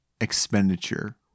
expenditure